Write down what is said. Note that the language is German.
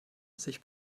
sich